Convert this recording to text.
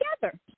together